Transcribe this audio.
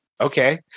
Okay